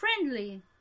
friendly